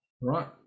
right